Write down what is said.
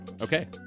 Okay